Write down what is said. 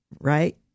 Right